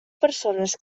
persones